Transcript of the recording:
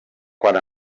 quant